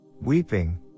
weeping